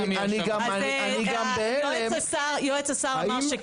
- יועץ השר אמר שכן.